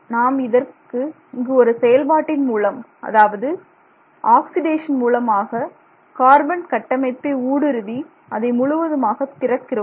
நாம் இங்கு ஒரு செயல்பாட்டின் மூலம் அதாவது ஆக்சிடேஷன் மூலமாக கார்பன் கட்டமைப்பை ஊடுருவி அதை முழுவதுமாக திறக்கிறோம்